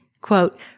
Quote